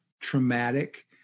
traumatic